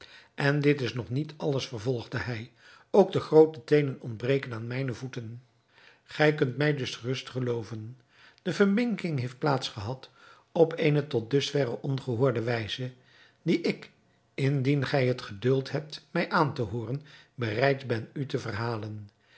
en dit is nog niet alles vervolgde hij ook de groote teenen ontbreken aan mijne voeten gij kunt mij gerust gelooven de verminking heeft plaats gehad op eene tot dusverre ongehoorde wijze die ik indien gij het geduld hebt mij aan te hooren bereid ben u te verhalen